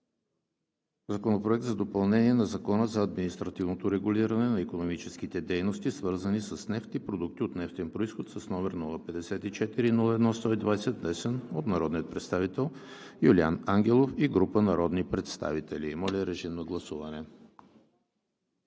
Законопроект за допълнение на Закона за административното регулиране на икономическите дейности, свързани с нефт и продукти от нефтен произход, № 054-01-120, внесен от народния представител Юлиан Ангелов и група народни представители. Гласували